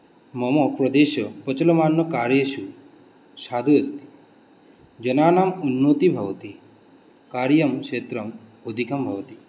मम प्रदेशे प्रचाल्यमानकार्येषु साधु अस्ति जनानाम् उन्नतिः भवति कार्यं क्षेत्रम् अधिकं भवति